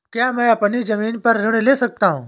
क्या मैं अपनी ज़मीन पर ऋण ले सकता हूँ?